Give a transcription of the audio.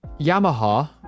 Yamaha